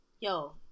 Yo